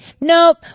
nope